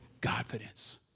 confidence